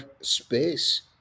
space